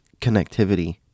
connectivity